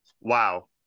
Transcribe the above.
Wow